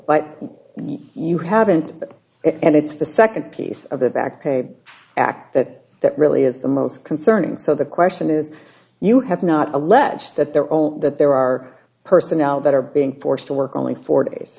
you haven't and it's the second piece of the back pay act that that really is the most concerning so the question is you have not alleged that they're all that there are personnel that are being forced to work only four days